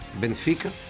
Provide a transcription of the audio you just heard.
Benfica